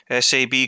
SAB